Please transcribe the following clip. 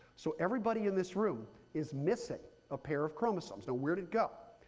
so everybody in this room is missing a pair of chromosomes. now where'd it go?